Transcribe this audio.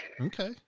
Okay